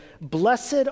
Blessed